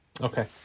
Okay